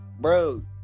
Bro